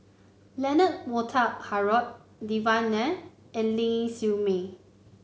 Leonard Montague Harrod Devan Nair and Ling Siew May